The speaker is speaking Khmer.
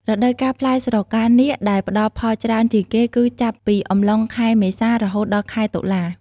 រដូវកាលផ្លែស្រកានាគដែលផ្តល់ផលច្រើនជាងគេគឺចាប់ពីអំឡុងខែ មេសា រហូតដល់ ខែតុលា។